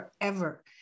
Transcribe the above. forever